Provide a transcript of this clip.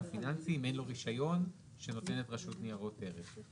פיננסי אם אין לו רישיון שנותנת רשות ניירות ערך.